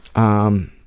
on